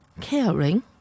caring